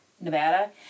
nevada